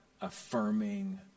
affirming